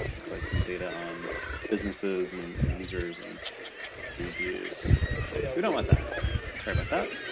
looks like some data on businesses and and users and reviews. so we don't want that, so sorry about that.